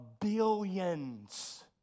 billions